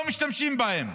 לא משתמשים בהם,